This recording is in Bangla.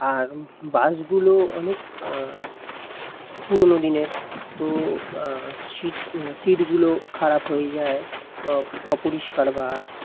আর বাসগুলো অনেক পুরোনো দিনের তো সিট সিটগুলো খারাপ হয়ে যায় অপরিষ্কার বাস